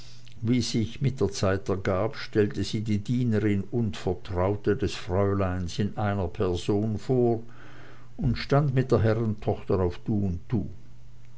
wie sich mit der zeit ergab stellte sie die dienerin und vertraute des fräuleins in einer person vor und stand mit der herrentochter auf du und du